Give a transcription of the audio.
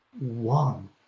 one